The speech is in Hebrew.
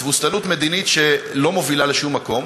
זו תבוסתנות מדינית שלא מובילה לשום מקום,